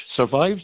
survives